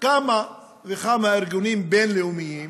כמה וכמה ארגונים בין-לאומיים